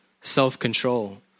self-control